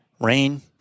Rain